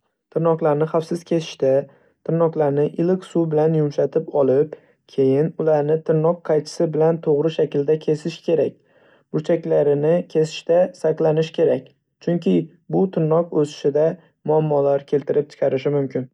Tirnoqlarni xavfsiz kesishda tirnoqlarni iliq suv bilan yumshatib olib, keyin ularni tirnoq qaychisi bilan to'g'ri shaklda kesish kerak. Burchaklarini kesishda saqlanish kerak, chunki bu tirnoq o'sishida muammolar keltirib chiqarishi mumkin.